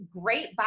great